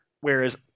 whereas